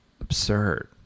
absurd